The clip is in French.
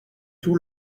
tout